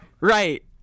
Right